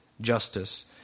justice